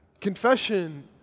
Confession